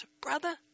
brother